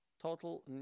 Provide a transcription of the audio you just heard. total